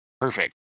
Perfect